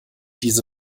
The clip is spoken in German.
diese